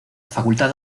facultad